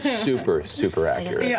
super, super accurate. yeah